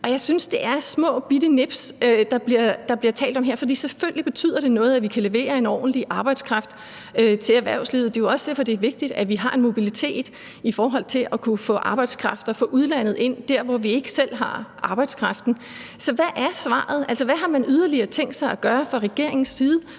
Jeg synes, det er bitte små nips, der bliver talt om her. Selvfølgelig betyder det noget, at vi kan levere en ordentlig arbejdskraft til erhvervslivet, og det er jo også derfor, det er vigtigt, at vi har en mobilitet i forhold til at kunne få arbejdskraft og få udlandet ind der, hvor vi ikke selv har arbejdskraften. Så hvad er svaret? Hvad har man yderligere tænkt sig at gøre fra regeringens side